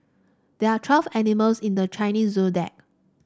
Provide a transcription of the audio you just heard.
there are twelve animals in the Chinese Zodiac